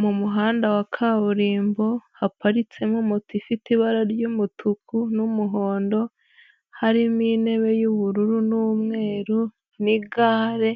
Mu muhanda wa kaburimbo haparitsemo moto ifite ibara ry'umutuku n'umuhondo, harimo intebe y'ubururu n'umweru n'igare,